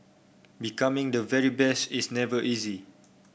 becoming the very best is never easy